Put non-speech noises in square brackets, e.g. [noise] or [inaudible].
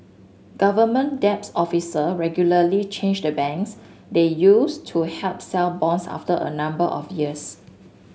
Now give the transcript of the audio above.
government [unintelligible] officer regularly change the banks they use to help sell bonds after a number of years